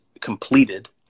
completed